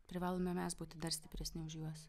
privalome mes būti dar stipresni už juos